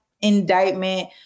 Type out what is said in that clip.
indictment